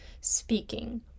speaking